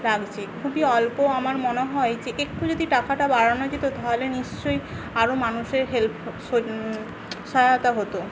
লাগছে খুবই অল্প আমার মনে হয় যে একটু যদি টাকাটা বাড়ানো যেত তাহলে নিশ্চই আরও মানুষের হেল্প সহায়তা হত